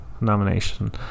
nomination